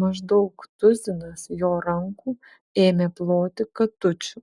maždaug tuzinas jo rankų ėmė ploti katučių